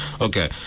Okay